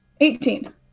Eighteen